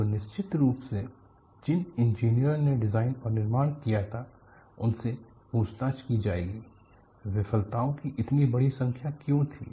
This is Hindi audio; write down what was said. तो निश्चित रूप से जिन इंजीनियरों ने डिजाइन और निर्माण किया था उनसे पूछताछ की जाएगी विफलताओं की इतनी बड़ी संख्या क्यों थी